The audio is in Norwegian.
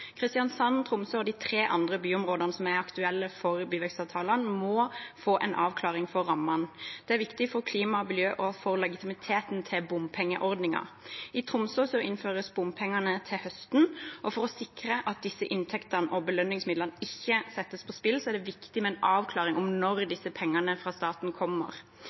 Kristiansand, Tromsø og de tre andre byområdene som er aktuelle for byvekstavtale, må få en avklaring for rammene. Det er viktig for klima og miljø og for legitimiteten til bompengeordningen. I Tromsø innføres bompengene til høsten, og for å sikre at disse inntektene og belønningsmidlene ikke settes på spill, er det viktig med en avklaring om når disse pengene fra staten kommer.